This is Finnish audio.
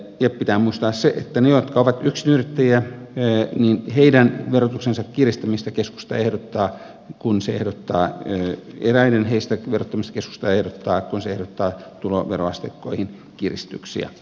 ja pitää muistaa niistä jotka ovat yksityisyrittäjiä että eräiden heistä verotuksen kiristämistä keskusta ehdottaa kun se ehdottaa ensi keväänä niistä karttuisi jos vertaa kun siirto tuloveroasteikkoihin kiristyksiä